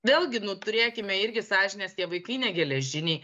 vėlgi nu turėkime irgi sąžinės tie vaikai negeležiniai